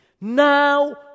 Now